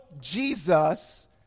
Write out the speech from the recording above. Jesus